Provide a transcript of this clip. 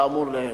כאמור לעיל.